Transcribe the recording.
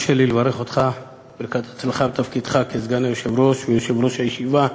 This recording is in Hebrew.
הרשה לי לברך אותך ברכת הצלחה בתפקידך כסגן היושב-ראש ויושב-ראש הישיבה.